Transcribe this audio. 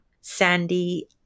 Sandy